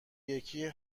یکی